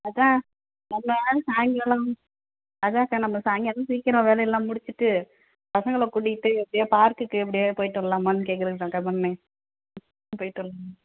அதான் நம்ம சாயங்காலம் அதான் அக்கா நம்ம சாயங்காலம் சீக்கிரம் வேலையெல்லாம் முடிச்சுட்டு பசங்களை கூட்டிக்கிட்டு அப்படியே பார்க்குக்கு அப்படியே போய்ட்டு வரலாமான்னு கேக்கிறதுக்கு தான் அக்கா பண்ணேன் போய்ட்டு வரலாமா